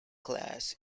class